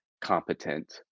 competent